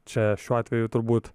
čia šiuo atveju turbūt